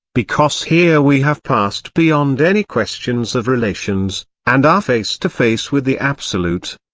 because here we have passed beyond any questions of relations, and are face to face with the absolute.